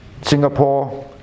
Singapore